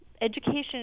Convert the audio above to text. Education